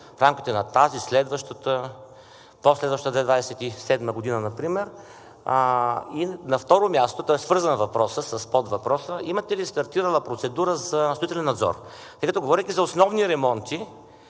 в рамките на тази, следващата, по-следващата – 2027 г., например? И на второ място, той е свързан въпросът с подвъпроса: имате ли стартирала процедура за строителен надзор? Тъй като, говорейки за основни ремонти,